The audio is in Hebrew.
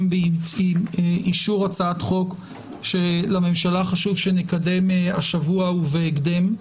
באישור הצעת חוק שלממשלה חשוב שנקדם השבוע ובהקדם,